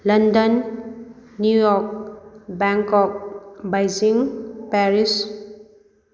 London New York Bangkok Beijing Paris